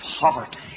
poverty